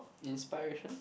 inspiration